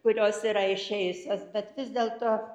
kurios yra išėjusios bet vis dėlto